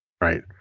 Right